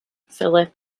philip